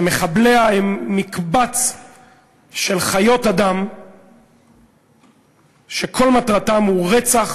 שמחבליה הם מקבץ של חיות אדם שכל מטרתם היא רצח